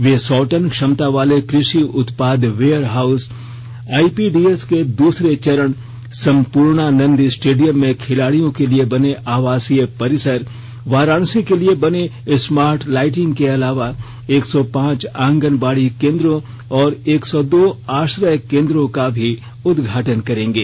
वे सौ टन क्षमता वाले कृषि उत्पाद वेयरहाउस आइपीडीएस के दूसरे चरण संपूर्णानंद स्टेडियम में खिलाड़ियों के लिए बने आवासीय परिसर वाराणसी के लिए बनी स्मार्ट लाइटिंग के अलावा एक सौ पांच आंगनवाड़ी केंद्रों और एक सौ दो आश्रय केंद्रों का भी उद्घाटन करेंगे